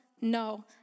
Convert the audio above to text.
No